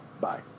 Bye